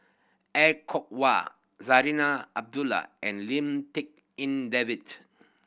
Er Kwong Wah Zarinah Abdullah and Lim Tik En David